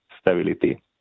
stability